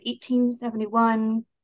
1871